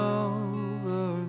over